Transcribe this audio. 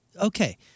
Okay